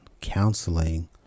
counseling